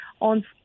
on